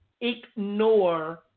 ignore